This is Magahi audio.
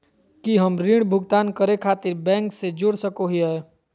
की हम ऋण भुगतान करे खातिर बैंक से जोड़ सको हियै?